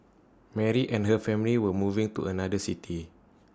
Mary and her family were moving to another city